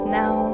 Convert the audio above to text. now